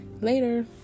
Later